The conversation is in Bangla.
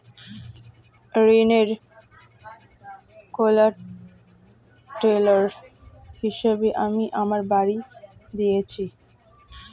ঋনের কোল্যাটেরাল হিসেবে আমি আমার বাড়ি দিয়েছি